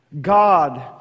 God